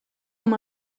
amb